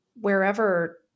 wherever